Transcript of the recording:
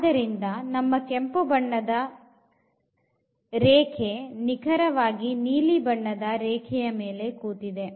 ಆದ್ದರಿಂದ ನಮ್ಮ ಕೆಂಪು ಬಣ್ಣದರೇಖೆ ನಿಖರವಾಗಿ ನೀಲಿ ಬಣ್ಣದ ರೇಖೆಯ ಮೇಲೆ ಕೂತಿದೆ